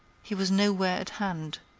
he was nowhere at hand.